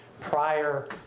prior